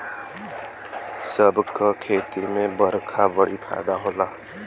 सब क खेती में बरखा बड़ी फायदा होला